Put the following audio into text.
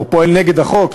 או פועל נגד החוק,